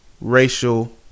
Racial